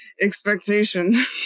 expectation